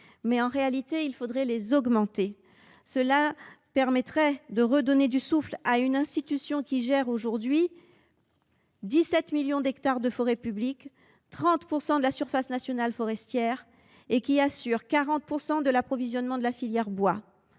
mais, en réalité, il faudrait les augmenter. Cela permettrait de redonner du souffle à une institution qui gère aujourd’hui 17 millions d’hectares de forêts publiques, 30 % de la surface nationale forestière et qui assure 40 % de l’approvisionnement de la filière bois.